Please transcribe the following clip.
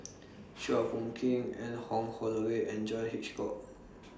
Chua Phung Kim Anne Wong Holloway and John Hitchcock